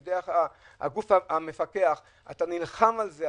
בידי הגוף המפקח אתה נלחם על זה,